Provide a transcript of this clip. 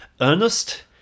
Ernest